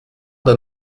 der